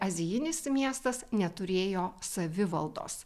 azijinis miestas neturėjo savivaldos